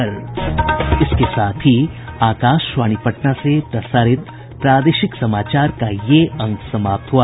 इसके साथ ही आकाशवाणी पटना से प्रसारित प्रादेशिक समाचार का ये अंक समाप्त हुआ